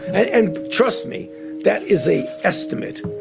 and trust me that is a estimate.